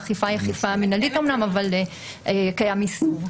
האכיפה היא אכיפה מינהלית אמנם אבל קיים איסור.